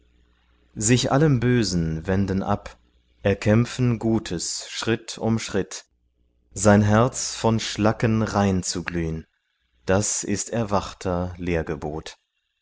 sich allem bösen wenden ab erkämpfen gutes schritt um schritt sein herz von schlacken rein zu glühn das ist erwachter